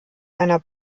einer